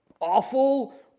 awful